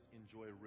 enjoy